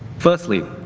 firstly,